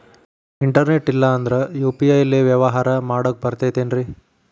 Internet ಇಲ್ಲಂದ್ರ UPI ಲೇ ವ್ಯವಹಾರ ಮಾಡಾಕ ಬರತೈತೇನ್ರೇ?